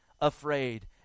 afraid